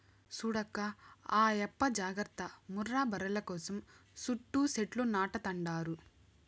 చూడక్కా ఆయప్ప జాగర్త ముర్రా బర్రెల కోసం సుట్టూ సెట్లు నాటతండాడు